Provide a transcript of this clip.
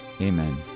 Amen